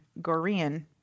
Gorean